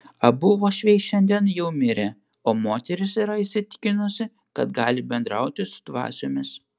abu uošviai šiandien jau mirę o moteris yra įsitikinusi kad gali bendrauti su dvasiomis